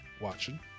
watching